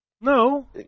No